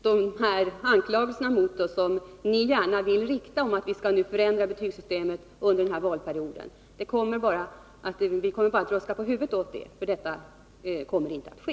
De anklagelser som ni gärna vill rikta mot oss för att vi skall förändra betygssystemet under denna valperiod kommer vi bara att ruska på huvudet åt, för det kommer inte att ske.